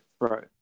right